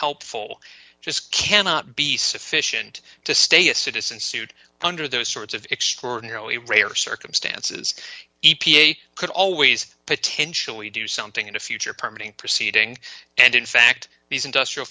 helpful just cannot be sufficient to state a citizen suit under those sorts of extraordinarily rare circumstances e p a could always potentially do something in a future permitting proceeding and in fact these industrial